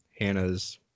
Hannah's